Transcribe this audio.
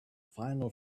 final